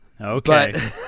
Okay